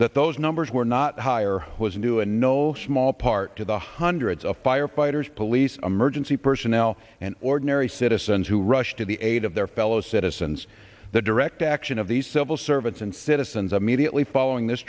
that those numbers were not higher was new and no small part to the hundreds of firefighters police emergency personnel and ordinary citizens who rushed to the aid of their fellow citizens the direct action of the civil servants and citizens immediately following this